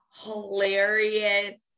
hilarious